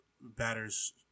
Batters